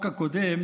נושאים.